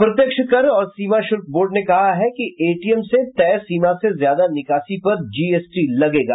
अप्रत्यक्ष कर और सीमा शुल्क बोर्ड ने कहा है कि एटीएम से तय सीमा से ज्यादा निकासी पर जीएसटी लगेगा